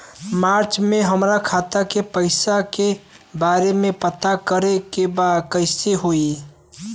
मार्च में हमरा खाता के पैसा के बारे में पता करे के बा कइसे होई?